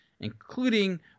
including